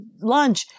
lunch